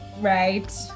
right